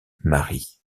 marie